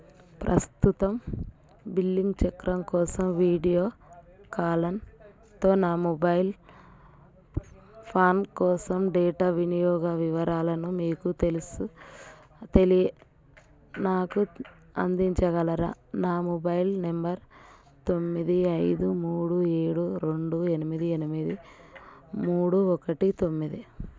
ప్రస్తుతం బిల్లింగ్ చక్రం కోసం వీడియోకాన్తో నా మొబైల్ ఫోన్ కోసం డేటా వినియోగ వివరాలను నాకు అందించగలరా నా మొబైల్ నెంబర్ తొమ్మిది ఐదు మూడు ఏడు రెండు ఎనిమిది ఎనిమిది మూడు ఒకటి తొమ్మిది